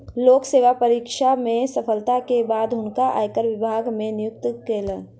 लोक सेवा परीक्षा में सफलता के बाद हुनका आयकर विभाग मे नियुक्ति भेलैन